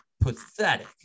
pathetic